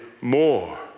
more